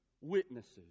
witnesses